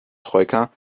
troika